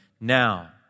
Now